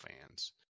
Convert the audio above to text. fans